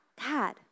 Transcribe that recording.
God